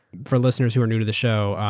for listeners who are new to the show,